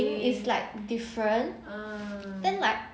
think is like different then like